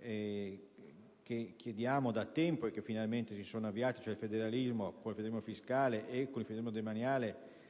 che chiediamo da tempo e che finalmente si sono avviate; mi riferisco al federalismo fiscale e al federalismo demaniale,